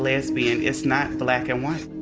lesbian, it's not black and white,